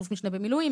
אלוף משנה במילואים,